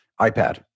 iPad